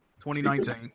2019